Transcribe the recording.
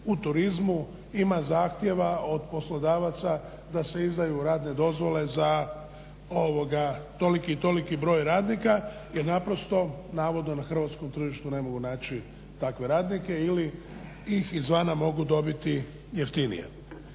u turizmu ima zahtjeva od poslodavaca da se izdaju radne dozvole za toliki i toliki broj radnika jer naprosto navodno na hrvatskom tržištu ne mogu naći radnike ili ih izvana mogu dobiti jeftinije.